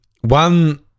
One